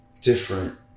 different